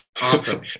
Awesome